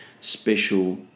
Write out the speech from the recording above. Special